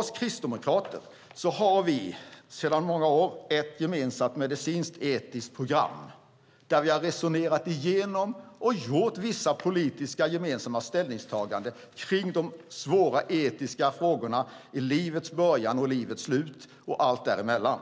Vi kristdemokrater har sedan många år ett gemensamt medicinsk-etiskt program där vi har resonerat igenom och gjort vissa politiska gemensamma ställningstaganden kring de svåra etiska frågorna i livets början och livets slut och allt däremellan.